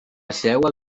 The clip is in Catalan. seua